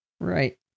Right